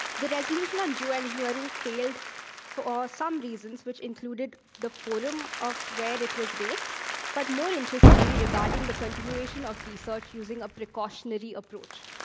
the resolution on geoengineering failed for some reasons, which included the forum of where it it was raised, but, more interestingly, regarding the continuation of research using a precautionary approach.